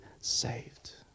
saved